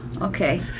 Okay